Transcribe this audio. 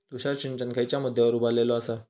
तुषार सिंचन खयच्या मुद्द्यांवर उभारलेलो आसा?